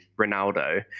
Ronaldo